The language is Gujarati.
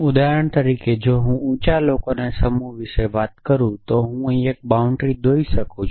ઉદાહરણ તરીકે જો હું ઉંચા લોકોના સમૂહ વિશે વાત કરું છું તો હું અહીં 1 બાઉન્ડ્રી દોરી શકું છું